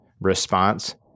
response